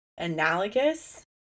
analogous